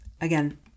Again